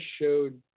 showed